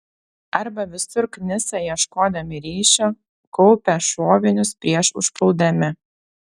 arba visur knisa ieškodami ryšio kaupia šovinius prieš užpuldami